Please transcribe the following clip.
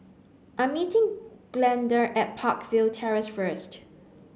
I'm meeting Glenda at Peakville Terrace first